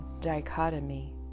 dichotomy